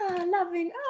loving